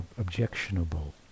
objectionable